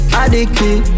addicted